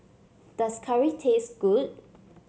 does curry taste good